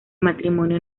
matrimonio